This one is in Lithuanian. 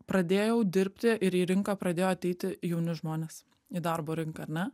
pradėjau dirbti ir į rinką pradėjo ateiti jauni žmonės į darbo rinką ar ne